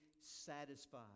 satisfied